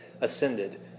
ascended